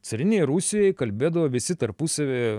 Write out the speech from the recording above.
carinėj rusijoj kalbėdavo visi tarpusavy